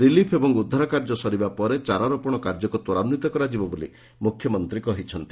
relief ଏବଂ ଉଦ୍ଧାର କାର୍ଯ୍ୟ ସରିବା ପରେ ଚାରା ରୋପଶ କାର୍ଯ୍ୟକୁ ତ୍ୱରାନ୍ୱିତ କରାଯିବ ବୋଲି ମୁଖ୍ୟମନ୍ତୀ କହିଛନ୍ତି